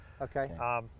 Okay